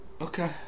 Okay